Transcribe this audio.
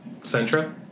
Centra